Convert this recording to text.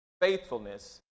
faithfulness